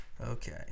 Okay